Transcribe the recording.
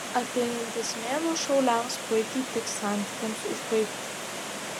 ateinantis mėnuo šauliams puikiai tiks santykiams užbaigti